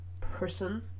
person